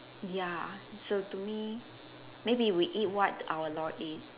ya so to me maybe we eat what our lord eat